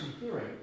hearing